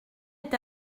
est